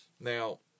Now